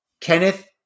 Kenneth